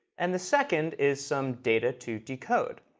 and the second is some data to decode.